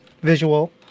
visual